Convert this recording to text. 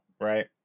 right